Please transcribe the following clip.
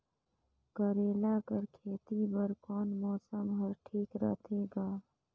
करेला कर खेती बर कोन मौसम हर ठीक होथे ग?